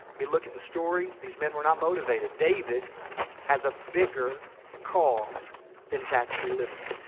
we look at the story. these men were not motivated. david has a bigger cause than tax free living.